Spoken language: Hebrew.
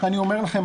אני אומר לכם,